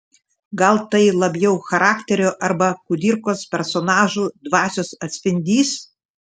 gal tai labiau charakterio arba kudirkos personažų dvasios atspindys